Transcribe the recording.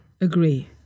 agree